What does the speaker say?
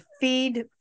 feed